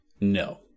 No